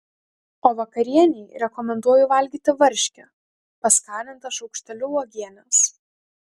o vakarienei rekomenduoju valgyti varškę paskanintą šaukšteliu uogienės